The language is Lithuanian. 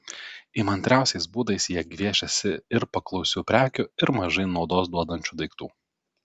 įmantriausiais būdais jie gviešiasi ir paklausių prekių ir mažai naudos duodančių daiktų